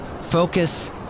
Focus